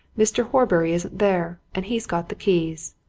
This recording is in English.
mr. horbury isn't there, and he's got the keys.